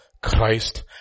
Christ